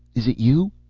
is it you?